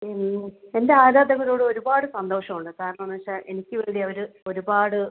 എന്നും എൻ്റെ ആരാധകരോട് ഒരുപാട് സന്തോഷമുണ്ട് കാരണമെന്ന് വെച്ചാൽ എനിക്ക് വേണ്ടി അവർ ഒരുപാട്